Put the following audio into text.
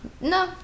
No